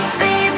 baby